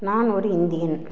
நான் ஒரு இந்தியன்